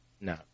no